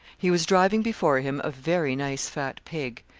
he was driving before him a very nice fat pig,